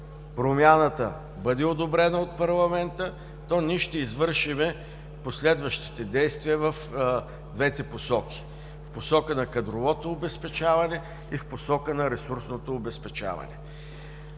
промяната бъде одобрена от парламента, то ние ще извършим последващите действия в двете посоки – в посока на кадровото обезпечаване и в посока на ресурсното обезпечаване.